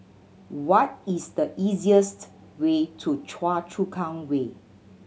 what is the easiest way to Choa Chu Kang Way